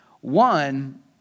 One